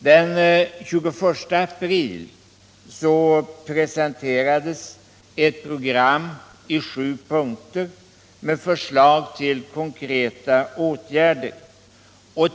Den 21 april presenterades ett program i sju punkter med förslag till konkreta åtgärder.